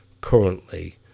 currently